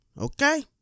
Okay